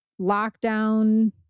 lockdown